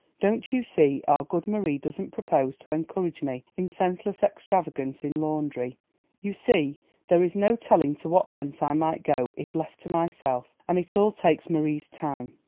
don't you see our good marie doesn't propose to encourage me in senseless extravagance in laundry you see there is no telling to what lengths i might go if left to myself, and it all takes marie's time.